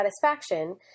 satisfaction